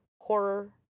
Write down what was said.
horror